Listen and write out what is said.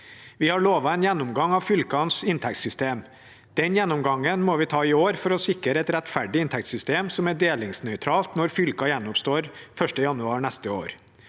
Vi har lovet en gjennomgang av fylkenes inntektssystem. Den gjennomgangen må vi ta i år, for å sikre et rettferdig inntektssystem som er delingsnøytralt når fylker gjenoppstår 1. januar neste år.